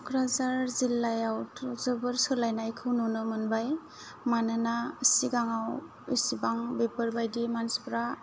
क'क्राझार जिलायावथ' जोबोर सोलायनायखौ नुनो मोनबाय मानोना सिगाङाव इसिबां बेफोरबादि मानसिफ्रा